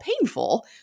painful